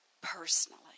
personally